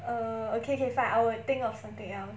err okay K fine I will think of something else